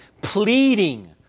pleading